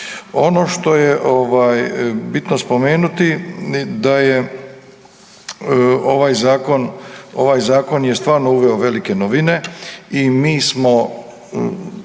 Ono što je bitno spomenuti, da je ovaj Zakon stvarno uveo velike novine i mi smo